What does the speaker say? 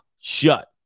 shut